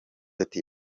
ati